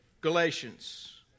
Galatians